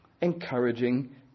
encouraging